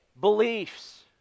Beliefs